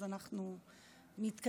אז אנחנו מתקדמים.